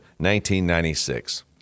1996